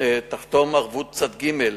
תחתום ערבות צד ג'